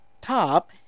Top